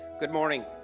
good morning,